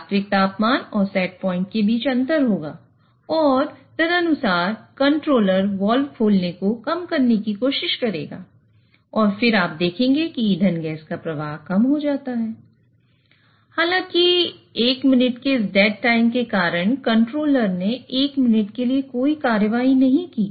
वास्तविक तापमान और सेटपॉइंट के कारण कंट्रोलर ने एक मिनट के लिए कोई कार्रवाई नहीं की